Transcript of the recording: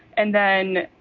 and then,